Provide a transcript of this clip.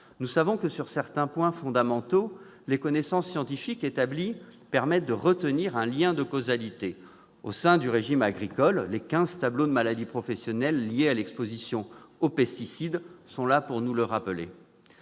Nous savons que, sur certains points fondamentaux, les connaissances scientifiques établies permettent de retenir un lien de causalité : au sein du régime agricole, les quinze tableaux de maladies professionnelles liées à l'exposition aux pesticides sont là pour nous le rappeler.